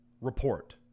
report